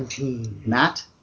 Matt